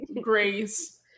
Grace